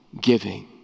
giving